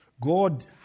God